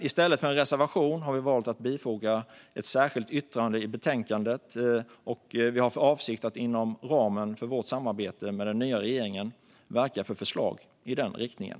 I stället för en reservation har vi dock valt att lämna ett särskilt yttrande i betänkandet, och vi har för avsikt att inom ramen för vårt samarbete med den nya regeringen verka för förslag i den riktningen.